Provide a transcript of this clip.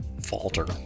falter